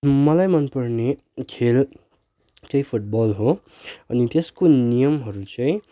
मलाई मन पर्ने खेल त फुट बल हो अनि त्यसको नियमहरू चाहिँ